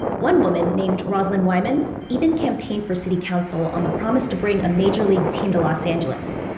one woman named rosalind wyman even campaigned for city council on the promise to bring a major league team to los angeles.